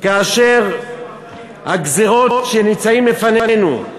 כאשר הגזירות שנמצאות לפנינו,